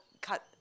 cut